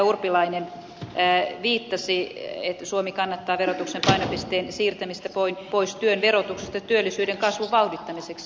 urpilainen viittasi että suomi kannattaa verotuksen painopisteen siirtämistä pois työn verotuksesta työllisyyden kasvun vauhdittamiseksi